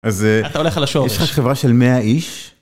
‫אז אתה הולך על השורש. ‫-יש לך חברה של 100 איש?